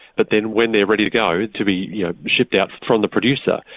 but then when they're ready to go, to be yeah shipped out from the producer,